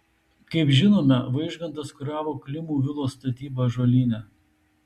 kaip žinome vaižgantas kuravo klimų vilos statybą ąžuolyne